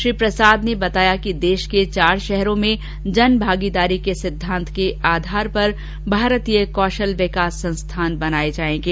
श्री प्रसाद ने बताया कि देश के चार शहरों में जन भागीदारी के सिद्वान्त के आधार पर भारतीय कौशल विकास संस्थान बनाये जायेंगे